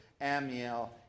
Amiel